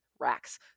racks